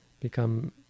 become